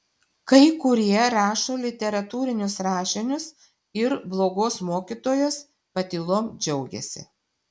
kai kurie rašo literatūrinius rašinius ir blogos mokytojos patylom džiaugiasi